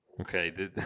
Okay